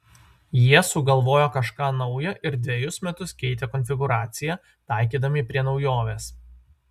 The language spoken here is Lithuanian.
jie sugalvojo kažką nauja ir dvejus metus keitė konfigūraciją taikydami prie naujovės